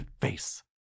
face